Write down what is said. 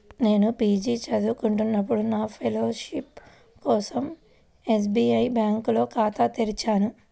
నేను పీజీ చదువుకునేటప్పుడు నా ఫెలోషిప్ కోసం ఎస్బీఐ బ్యేంకులో ఖాతా తెరిచాను